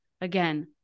again